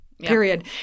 period